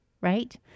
right